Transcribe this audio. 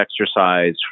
exercise